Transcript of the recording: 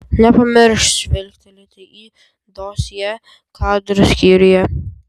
nepamiršk žvilgtelėti į dosjė kadrų skyriuje